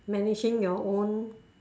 managing your own